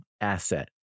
asset